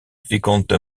vicomte